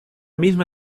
misma